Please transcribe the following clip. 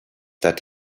that